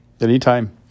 Anytime